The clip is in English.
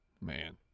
Man